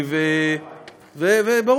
זאת הבעיה.